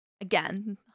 again